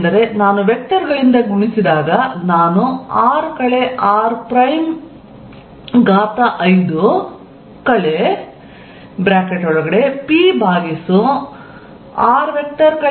ಏಕೆಂದರೆ ನಾನು ವೆಕ್ಟರ್ ಗಳಿಂದ ಗುಣಿಸಿದಾಗ ನಾನು r r5 pr r3 ನಿಂದ ಭಾಗಿಸುತ್ತೇನೆ